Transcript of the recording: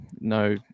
No